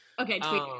Okay